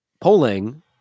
polling